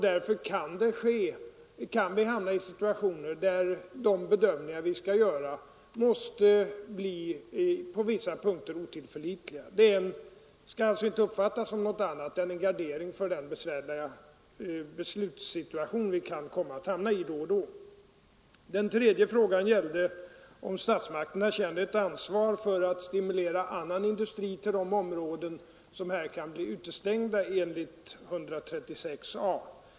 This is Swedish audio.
Därför kan vi råka i situationer där de bedömningar vi skall göra måste bli otillförlitliga på vissa punkter. Det skall alltså inte uppfattas som någonting annat än en gardering för Nr 131 den besvärliga beslutssituation vi kan komma att råka i då och då. Fredagen den Den tredje frågan gällde om statsmakterna känner ett ansvar för att 29 november 1974 stimulera annan industri till de områden som här kan bli utestängda. IL enligt 136 a §.